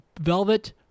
Velvet